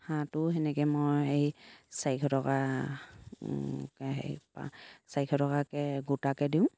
হাঁহটো সেনেকে মই এই চাৰিশ টকা চাৰিশ টকাকে গোটাকে দিওঁ